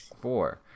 Four